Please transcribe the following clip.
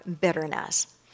bitterness